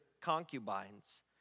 concubines